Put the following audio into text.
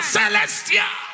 celestial